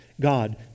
God